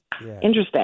interesting